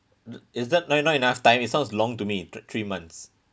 is that not not enough time it sounds long to me thr~ three months